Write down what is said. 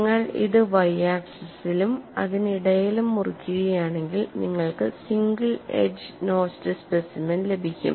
നിങ്ങൾ ഇത് y ആക്സിസിലും അതിനിടയിലും മുറിക്കുകയാണെങ്കിൽ നിങ്ങൾക്ക് സിംഗിൾ എഡ്ജ് നോച്ച്ഡ് സ്പെസിമെൻ ലഭിക്കും